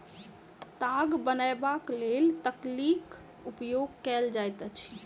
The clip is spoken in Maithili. ताग बनयबाक लेल तकलीक उपयोग कयल जाइत अछि